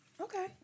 Okay